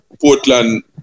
Portland